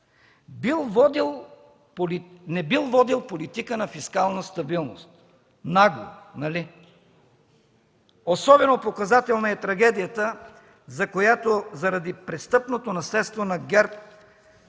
не бил водил политика на фискална стабилност! Нагло, нали? Особено показателна е трагедията, която заради престъпното наследство на ГЕРБ